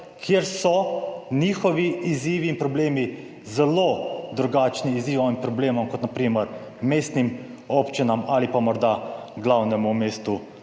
kjer so njihovi izzivi in problemi zelo drugačni izzivom in problemom kot na primer mestnim občinam ali pa morda glavnemu mestu